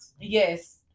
yes